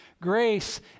grace